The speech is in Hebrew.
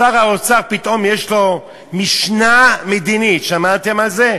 שר האוצר פתאום יש לו משנה מדינית, שמעתם על זה?